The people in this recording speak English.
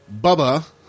Bubba